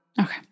Okay